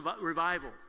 Revival